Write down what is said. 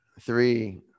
three